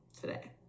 today